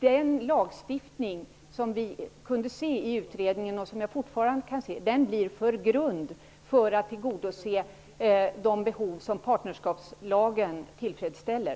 Den lagstiftning som det talades om i utredningen blir för grund för att kunna tillgodose de behov som partnerskapslagen tillfredsställer.